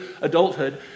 adulthood